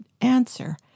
answer